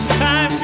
time